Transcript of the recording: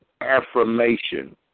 Affirmation